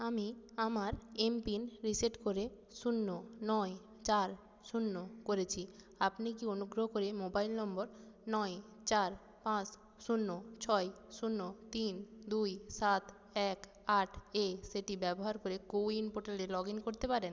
আমি আমার M PIN reset করে শূন্য নয় চার শূন্য করেছি আপনি কি অনুগ্রহ করে মোবাইল নম্বর নয় চার পাঁচ শূন্য ছয় শূন্য তিন দুই সাত এক আট এ সেটি ব্যবহার করে কোউইন পোর্টালে লগ ইন করতে পারেন